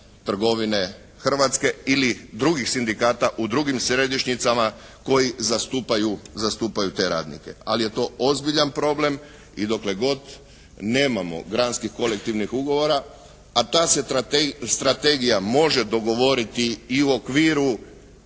trgovine Hrvatske ili drugih Sindikata u drugim središnjicama koji zastupaju te radnike. Ali je to ozbiljan problem i dokle god nemamo granskih kolektivnih ugovora, a ta se strategija može dogovoriti i u okviru